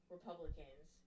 Republicans